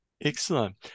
excellent